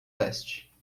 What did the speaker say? leste